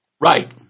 Right